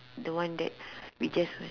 the one that we just